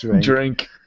Drink